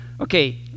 Okay